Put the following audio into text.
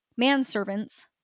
manservants